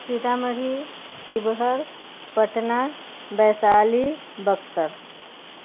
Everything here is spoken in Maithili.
सीतामढ़ी शिवहर पटना वैशाली बक्सर